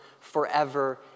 forever